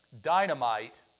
dynamite